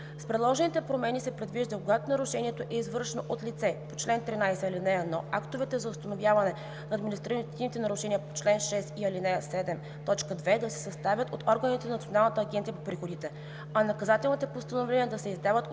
С предложените промени се предвижда, когато нарушението е извършено от лице по чл. 13, ал. 1, актовете за установяване административни нарушения по ал. 6 и ал. 7, т. 2 да се съставят от органите на Националната агенция по приходите, а наказателните постановления да се издават